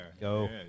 Go